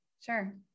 Sure